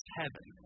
heaven